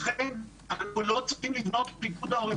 אכן --- צריכים לבנות פיקוד העורף,